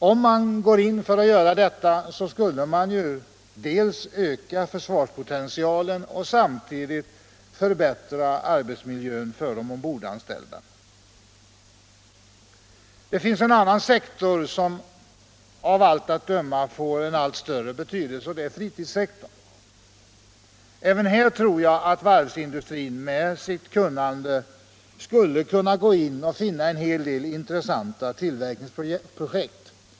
Om man går in för detta skulle försvarspotentialen öka och samtidigt skulle arbetsmiljön för de ombordanställda förbättras. Ett annat område som av allt att döma får en allt större betydelse är fritidssektorn. Även på det området tror jag att varvsindustrin med sin erfarenhet skulle kunna finna en hel del intressanta tillverknings projekt.